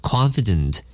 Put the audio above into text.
Confident